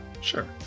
Sure